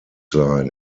sein